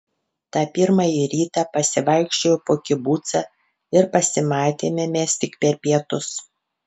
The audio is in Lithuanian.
tą pirmąjį rytą pasivaikščiojau po kibucą ir pasimatėme mes tik per pietus